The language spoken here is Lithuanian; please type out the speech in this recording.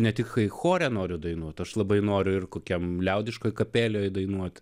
ne tik chore noriu dainuoti aš labai noriu ir kokiam liaudiškoje kapeloje dainuoti